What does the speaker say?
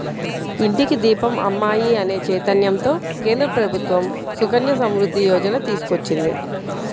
ఇంటికి దీపం అమ్మాయి అనే చైతన్యంతో కేంద్ర ప్రభుత్వం సుకన్య సమృద్ధి యోజన తీసుకొచ్చింది